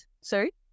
Sorry